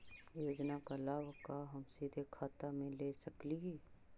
योजना का लाभ का हम सीधे खाता में ले सकली ही?